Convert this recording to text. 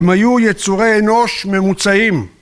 ‫הם היו יצורי אנוש ממוצעים.